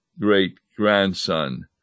great-grandson